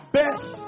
best